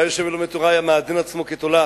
כשהיה יושב ולומד תורה, היה מעדן עצמו כתולעת,